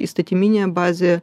įstatyminė bazė